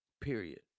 period